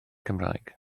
cymraeg